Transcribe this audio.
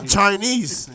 Chinese